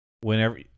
whenever